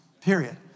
period